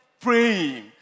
praying